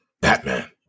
Batman